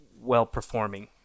well-performing